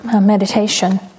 meditation